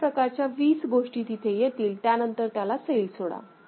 अशा प्रकारच्या वीस गोष्टी तिथे येतील त्यानंतर त्याला सैल सोडा